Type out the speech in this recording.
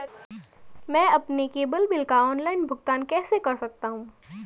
मैं अपने cable bill का ऑनलाइन भुगतान कैसे कर सकता हूं?